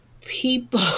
people